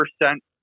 percent